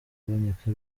kuboneka